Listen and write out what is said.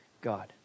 God